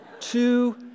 Two